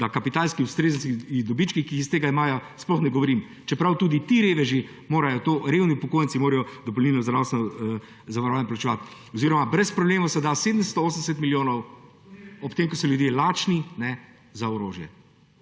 da o kapitalskih dobičkih, ki jih iz tega imajo, sploh ne govorim. Čeprav tudi ti reveži, ti revni upokojenci morajo dopolnilno zdravstveno zavarovanje plačevati. Oziroma brez problema se da 780 milijonov, ob tem ko so ljudje lačni, za orožje.